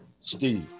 Steve